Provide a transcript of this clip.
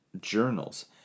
journals